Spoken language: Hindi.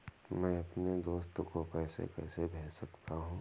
मैं अपने दोस्त को पैसे कैसे भेज सकता हूँ?